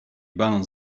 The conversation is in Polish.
balon